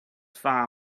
far